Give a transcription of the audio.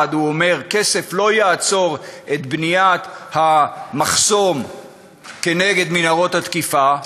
הוא אומר: כסף לא יעצור את בניית המחסום נגד מנהרות התקיפה,